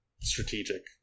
strategic